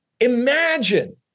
imagine